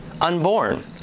unborn